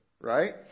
right